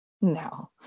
no